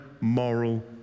moral